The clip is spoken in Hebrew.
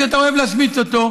שאתה אוהב להשמיץ אותו,